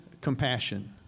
compassion